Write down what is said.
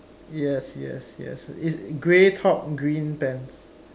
yes yes yes is grey top green pants